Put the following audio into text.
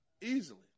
easily